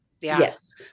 Yes